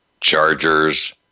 Chargers